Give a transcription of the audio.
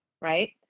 Right